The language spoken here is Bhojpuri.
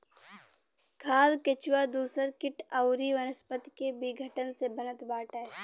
खाद केचुआ दूसर किट अउरी वनस्पति के विघटन से बनत बाटे